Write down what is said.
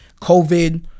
COVID